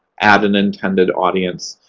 add an intended audience.